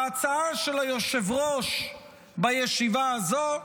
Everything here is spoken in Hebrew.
ההצעה של היושב-ראש בישיבה הזו,